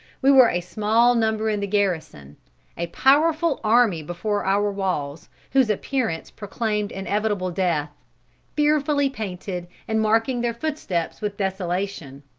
we were a small number in the garrison a powerful army before our walls, whose appearance proclaimed inevitable death fearfully painted and marking their footsteps with desolation.